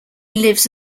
lives